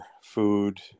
food